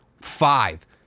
five